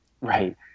right